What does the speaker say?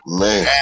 man